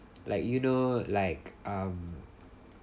like you know like um